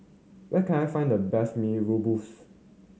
where can I find the best Mee Rebus